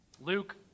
Luke